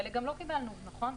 חלק גם לא קיבלנו, נכון.